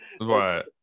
Right